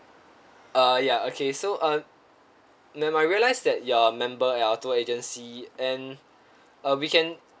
uh ya okay so uh ma'am I realise that you're member at our tour agency and uh we can